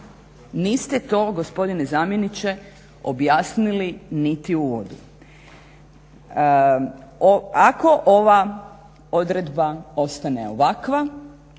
Niste to gospodine zamjeniče objasnili niti u uvodu. Ako ova odredba ostane ovakva